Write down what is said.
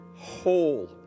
whole